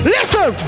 Listen